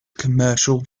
commercial